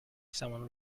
someone